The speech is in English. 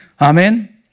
Amen